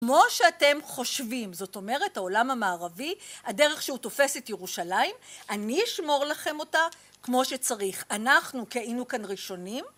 כמו שאתם חושבים, זאת אומרת העולם המערבי, הדרך שהוא תופס את ירושלים, אני אשמור לכם אותה כמו שצריך. אנחנו כי היינו כאן ראשונים.